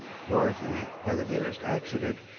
dorothy, by the merest accident,